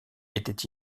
était